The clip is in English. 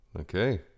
Okay